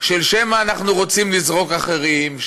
שמא אנחנו רוצים לזרוק אחרים,